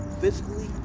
physically